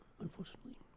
unfortunately